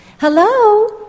Hello